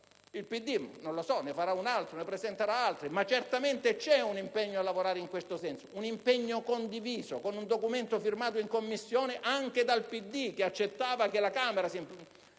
il PD, che probabilmente ne presenterà un altro. Certamente c'è un impegno a lavorare in questo senso, un impegno condiviso, con un documento firmato in Commissione anche dal PD che accettava che la Camera si interessasse